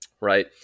Right